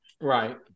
Right